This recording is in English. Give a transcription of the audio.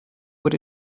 what